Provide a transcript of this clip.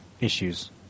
issues